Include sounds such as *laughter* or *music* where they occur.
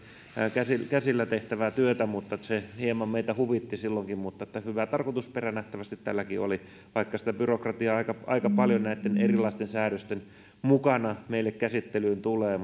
käsillä käsillä tehtävää työtä mutta se hieman meitä huvitti silloinkin hyvä tarkoitusperä nähtävästi tälläkin oli vaikka sitä byrokratiaa aika aika paljon näitten erilaisten säädösten mukana meille käsittelyyn tulee *unintelligible*